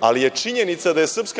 ali je činjenica da je SNS